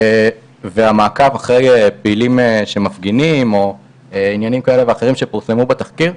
והמעקב אחרי פעילים שמפגינים או עניינים כאלה ואחרים שפורסמו בתחקיר.